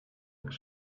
like